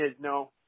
no